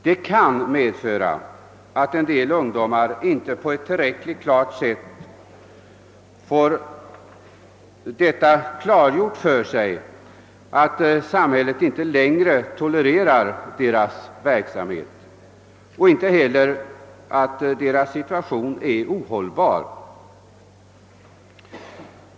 Det kan medföra att en del ungdomar inte på ett tillräckligt tydligt sätt får klargjort för sig, att samhället inte längre tolererar deras verksamhet och att deras situation är ohållbar.